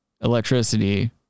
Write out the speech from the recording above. Electricity